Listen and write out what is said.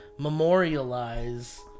Memorialize